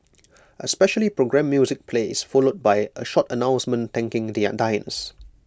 A specially programmed music plays followed by A short announcement thanking their diners